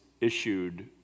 issued